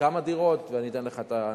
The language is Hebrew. וכמה דירות ואתן לך את הנתונים.